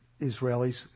Israelis